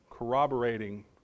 corroborating